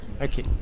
Okay